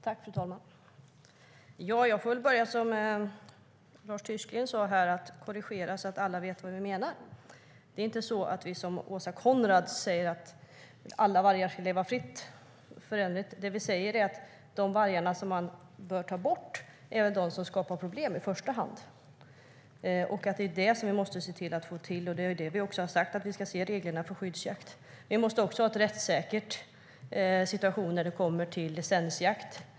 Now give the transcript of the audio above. Fru talman! Jag får väl börja som Lars Tysklind gjorde och korrigera, så att alla vet vad vi menar. Det är inte så att vi, som Åsa Coenraads säger, menar att alla vargar ska leva fritt. Det vi säger är att det väl i första hand är de vargar som skapar problem man bör ta bort. Det är det vi måste se till att få till, och det är också det vi har sagt att vi ska se till i reglerna för skyddsjakt. Vi måste även ha en rättssäker situation när det kommer till licensjakt.